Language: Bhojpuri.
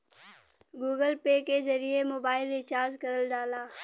गूगल पे के जरिए मोबाइल रिचार्ज करल जाला